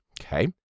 Okay